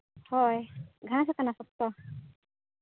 ᱦᱳᱭ ᱜᱷᱟᱥ ᱠᱟᱱᱟ ᱥᱚᱠᱛᱚ